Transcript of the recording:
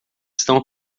estão